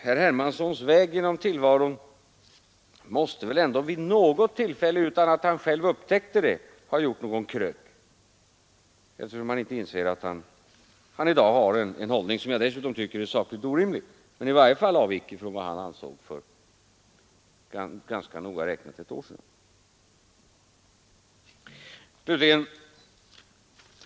Herr Hermanssons väg genom tillvaron måste väl ändå vid något tillfälle, utan att han själv upptäckt det, ha gjort någon krök, eftersom han inte inser att han i dag intar en hållning som, utom att den är sakligt orimlig, i varje fall avviker från vad han ansåg för ett år sedan.